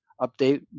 update